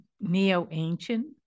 neo-ancient